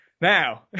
Now